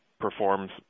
performs